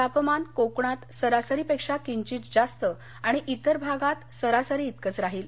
तापमान कोकणात सरासरी पेक्षा किंधित जास्त आणि इतर भागात सरासरी इतकंच राहील